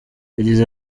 yagize